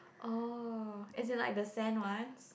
oh is it like the Sam one's